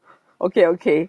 okay okay